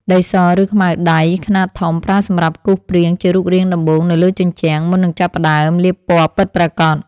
ដីស ឬខ្មៅដៃខ្នាតធំ ប្រើសម្រាប់គូសព្រាងជារូបរាងដំបូងនៅលើជញ្ជាំង មុននឹងចាប់ផ្ដើមលាបពណ៌ពិតប្រាកដ។